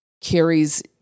carries